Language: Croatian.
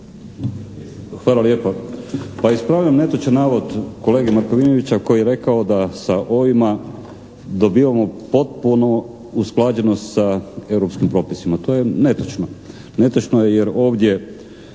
Hvala lijepo. Pa ispravljam netočan navod kolege Markovinovića, koji je rekao da sa ovima dobivamo potpuno usklađenost sa europskim propisima. To je netočno. Netočno je jer ovdje